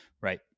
right